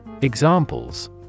Examples